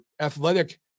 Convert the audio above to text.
athletic